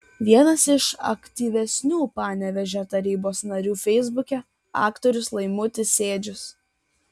vienas iš aktyvesnių panevėžio tarybos narių feisbuke aktorius laimutis sėdžius